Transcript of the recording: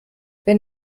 wenn